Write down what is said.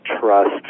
trust